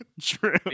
true